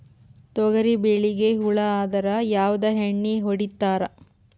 ತೊಗರಿಬೇಳಿಗಿ ಹುಳ ಆದರ ಯಾವದ ಎಣ್ಣಿ ಹೊಡಿತ್ತಾರ?